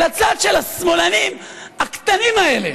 לצד של השמאלנים הקטנים האלה